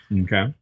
Okay